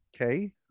okay